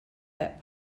that